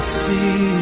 see